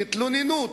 תתלוננו,